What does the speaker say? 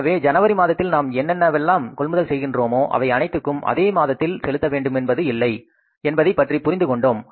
எனவே ஜனவரி மாதத்தில் நாம் என்னவெல்லாம் கொள்முதல் செய்கின்றோமோ அவை அனைத்துக்கும் அதே மாதத்தில் செலுத்த வேண்டும் என்பது இல்லை என்பதைப் பற்றி புரிந்து கொண்டோம்